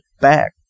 back